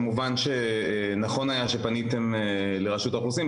כמובן שנכון היה שפניתם לרשות האוכלוסין.